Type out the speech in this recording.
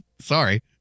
sorry